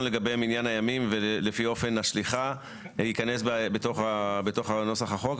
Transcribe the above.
לגבי מניין הימים ולפי אופן השליחה יכנס בתוך הנוסח החוק,